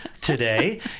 today